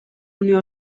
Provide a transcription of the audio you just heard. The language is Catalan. unió